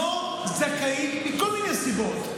לא זכאים מכל מיני סיבות?